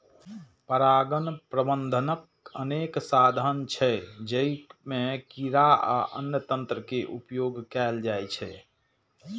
परागण प्रबंधनक अनेक साधन छै, जइमे कीड़ा आ अन्य तंत्र के उपयोग कैल जाइ छै